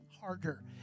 harder